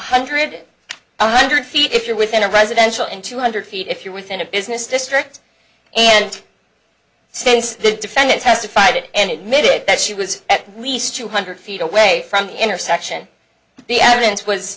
hundred one hundred feet if you're within a residential in two hundred feet if you're within a business district and since the defendant testified it and made it that she was at least two hundred feet away from the intersection the evidence was